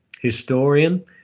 historian